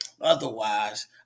Otherwise